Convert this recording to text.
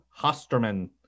Hosterman